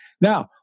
Now